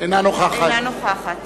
אינה נוכחת